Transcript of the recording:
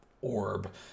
orb